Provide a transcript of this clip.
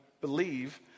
believe